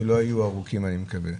שלא יהיו ארוכים אני מקווה.